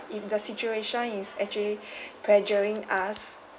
if the situation is actually pressuring us